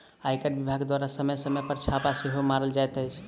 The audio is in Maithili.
आयकर विभाग द्वारा समय समय पर छापा सेहो मारल जाइत अछि